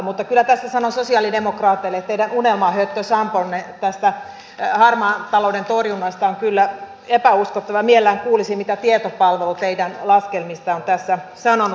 mutta kyllä tässä sanon sosialidemokraateille että teidän unelmahöttösamponne tästä harmaan talouden torjunnasta on kyllä epäuskottava ja mielelläni kuulisin mitä tietopalvelu teidän laskelmistanne on tässä sanonut